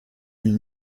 une